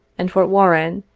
and fore warren,